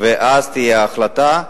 ואז תהיה החלטה.